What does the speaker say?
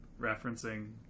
referencing